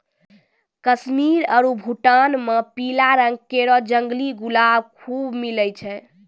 कश्मीर आरु भूटान म पीला रंग केरो जंगली गुलाब खूब मिलै छै